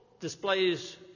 Displays